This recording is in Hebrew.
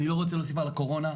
אני לא רוצה להוסיף על הקורונה,